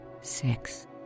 six